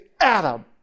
Adam